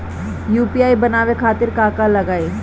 UPI बनावे खातिर का का लगाई?